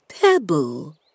pebble